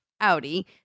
Audi